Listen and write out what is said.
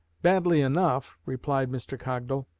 badly enough, replied mr. cogdal.